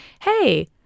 hey